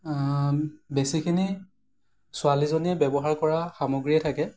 বেছিখিনি ছোৱালীজনীয়ে ব্যৱহাৰ কৰা সমাগ্ৰীয়ে থাকে